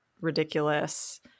ridiculous